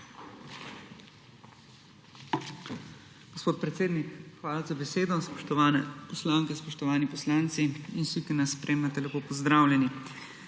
hvala za besedo. Spoštovane poslanke, spoštovani poslanci in vsi, ki nas spremljate, lepo pozdravljeni!